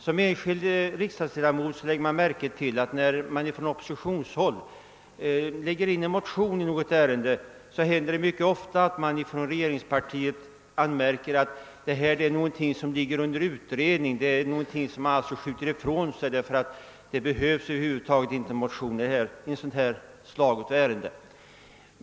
Som enskild riksdagsledamot lägger man märke till att när vi från oppositionshåll väcker en motion i ett ärende, så hänvisar regeringspartiet ofta till att frågan ligger under utredning; man skjuter saken ifrån sig och anser att det inte behövs några motioner i ärendet.